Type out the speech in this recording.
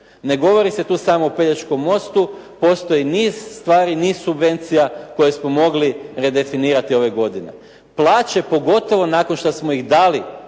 Ne govori se tu samo o Pelješkom mostu. Postoji niz stvari, niz subvencija koje smo mogli redefinirati ove godine. Plaće pogotovo nakon što smo ih dali